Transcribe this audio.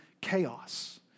chaos